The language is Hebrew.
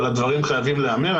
אבל הדברים חייבים להיאמר.